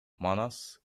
манас